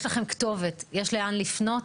יש לכם כתובת, יש לאן לפנות,